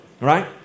right